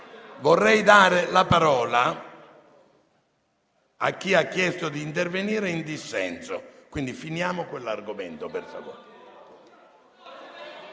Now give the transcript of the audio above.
Vorrei dare la parola a chi ha chiesto di intervenire in dissenso, quindi finiamo l'argomento al nostro